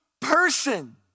person